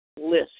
list